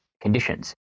conditions